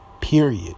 Period